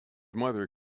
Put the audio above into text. mother